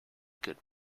good